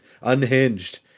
Unhinged